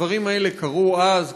הדברים האלה קרו אז,